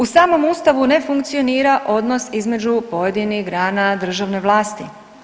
U samom Ustavu ne funkcionira odnos između pojedinih grana državne vlasti.